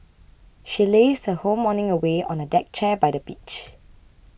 she lazed her whole morning away on a deck chair by the beach